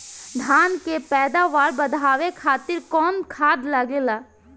धान के पैदावार बढ़ावे खातिर कौन खाद लागेला?